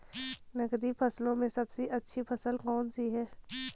नकदी फसलों में सबसे अच्छी फसल कौन सी है?